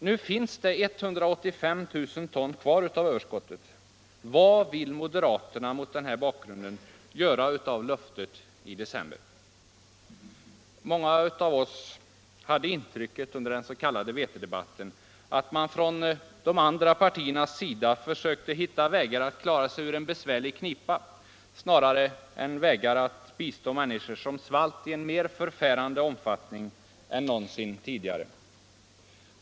Nu finns det 185 000 ton kvar av överskottet. Vad vill moderaterna mot den här bakgrunden göra av löftet i december? Många av oss hade intrycket under den s.k. vetedebatten att man från de andra partiernas sida försökte hitta vägar att klara sig ur en besvärlig knipa snarare än vägar att bistå människor som svalt i en mer förfärande omfattning än någonsin tidigare.